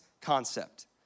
concept